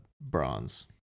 bronze